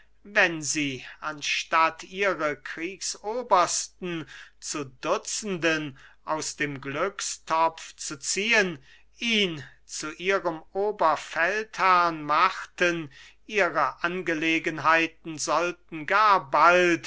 wenn sie anstatt ihre kriegsobersten zu dutzenden aus dem glückstopf zu ziehen ihn zu ihrem oberfeldherrn machten ihre angelegenheiten sollten gar bald